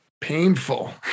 painful